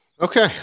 Okay